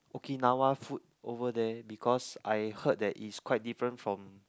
Okinawa food over there because I heard that is quite different from